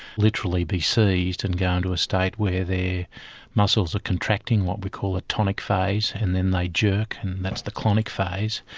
literally be seized and go into a state where their muscles are contracting, what we call a tonic phase, and then they jerk and that's the clonic phase.